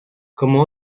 como